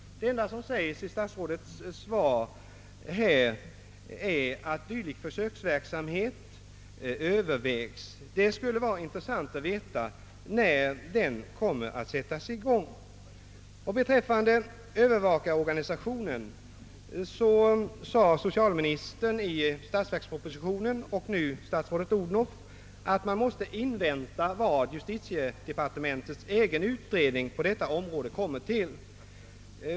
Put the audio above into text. Det enda som sägs i statsrådets svar härom är att dylik försöksverksamhet övervägs. Det skulle vara intressant att få veta när den kommer att sättas i gång. Beträffande övervakarorganisationen framhöll socialministern i statsverkspropositionen och nu statsrådet Odhnoff att man måste invänta vad justitiedepartementets egen utredning på detta område kommer fram till.